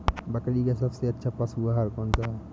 बकरी का सबसे अच्छा पशु आहार कौन सा है?